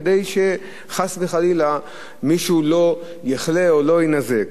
כדי שחס וחלילה מישהו לא יחלה או לא יינזק.